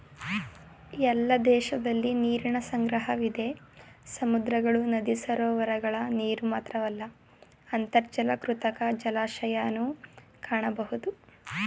ಎಲ್ಲ ದೇಶದಲಿ ನೀರಿನ ಸಂಗ್ರಹವಿದೆ ಸಮುದ್ರಗಳು ನದಿ ಸರೋವರಗಳ ನೀರುಮಾತ್ರವಲ್ಲ ಅಂತರ್ಜಲ ಕೃತಕ ಜಲಾಶಯನೂ ಕಾಣಬೋದು